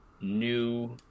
new